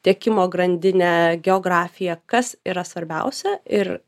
tiekimo grandinę geografiją kas yra svarbiausia ir